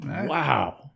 Wow